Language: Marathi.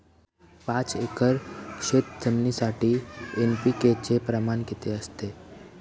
पाच एकर शेतजमिनीसाठी एन.पी.के चे प्रमाण किती असते?